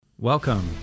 Welcome